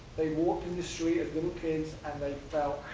they walked in the street as little kids and they